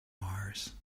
mars